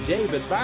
David